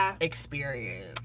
experience